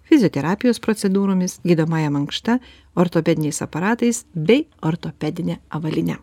fizioterapijos procedūromis gydomąja mankšta ortopediniais aparatais bei ortopedine avalyne